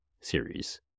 series